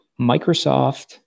Microsoft